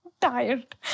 Tired